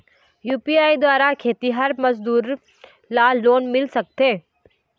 UPI द्वारा खेतीहर मजदूर ला लोन मिल सकथे?